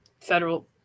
federal